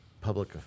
public